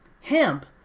hemp